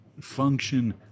function